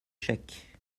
chèques